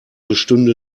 bestünde